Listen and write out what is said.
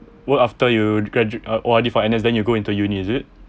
work after you graduate uh O_R_D for N_S then you go into uni is it